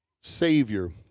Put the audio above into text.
savior